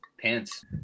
pants